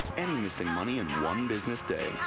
any missing money in one business day.